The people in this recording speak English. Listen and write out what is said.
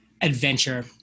Adventure